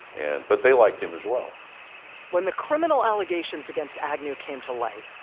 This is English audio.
and but they liked him as well when the criminal allegations against agnew came to light,